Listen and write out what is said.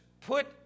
put